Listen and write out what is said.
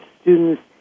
students